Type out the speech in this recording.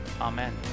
amen